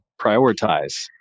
prioritize